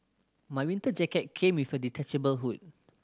my winter jacket came with a detachable hood